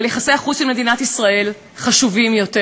אבל יחסי החוץ של מדינת ישראל חשובים יותר,